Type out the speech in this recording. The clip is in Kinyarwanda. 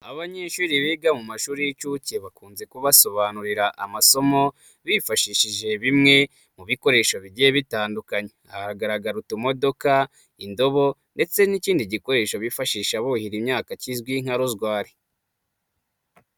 Abanyeshuri biga mu mashuri y'incuke bakunze kubasobanurira amasomo bifashishije bimwe mu bikoresho bigiye bitandukanye. Ahagaragara utumodoka, indobo ndetse n'ikindi gikoresho bifashisha buhira imyaka kizwi nka ruzwari.